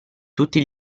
tutti